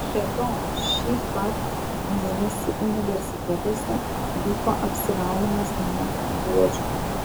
be to šį pat mėnesį universitetuose vyko apsivalymas nuo buožių